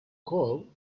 call